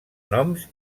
noms